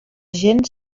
gent